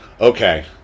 Okay